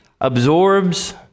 absorbs